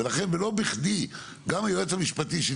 ולכן ולא בכדי גם היועץ המשפטי שלי,